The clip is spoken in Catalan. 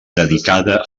dedicada